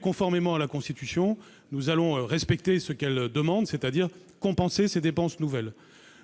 conformément à la Constitution, nous allons respecter ce qu'elle demande, c'est-à-dire compenser ces dépenses nouvelles.